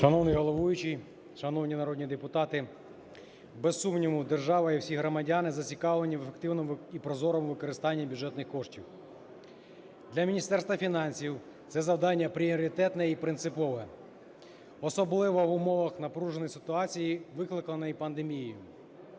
Шановний головуючий, шановні народні депутати! Без сумніву, держава і всі громадяни зацікавлені в активному і прозорому використанні бюджетних коштів. Для Міністерства фінансів це завдання пріоритетне і принципове, особливо в умовах напруженої ситуації, викликаною пандемією.